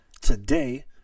today